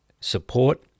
support